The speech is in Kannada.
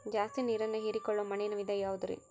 ಜಾಸ್ತಿ ನೇರನ್ನ ಹೇರಿಕೊಳ್ಳೊ ಮಣ್ಣಿನ ವಿಧ ಯಾವುದುರಿ?